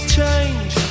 change